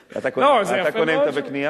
אתה קונה בתווי קנייה?